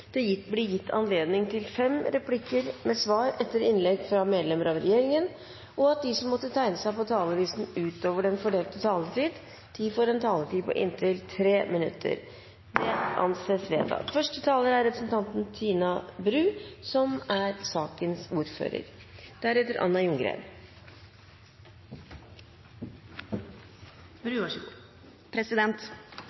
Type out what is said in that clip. blir gitt anledning til fem replikker med svar etter innlegg fra medlemmer av regjeringen innenfor den fordelte taletid, og at de som måtte tegne seg på talerlisten utover den fordelte taletid, får en taletid på inntil 3 minutter. – Det anses vedtatt. Dette representantforslaget dreier seg om nytt Agder fengsel, konseptvalgutredninger for Østlandet og Vestlandet og en helhetlig plan for økt fengselskapasitet. Det er